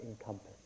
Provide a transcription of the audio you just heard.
encompass